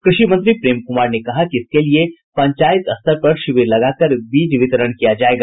कृषि मंत्री प्रेम कुमार ने कहा कि इसके लिए पंचायत स्तर पर शिविर लगाकर बीज वितरण किया जायेगा